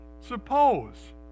Suppose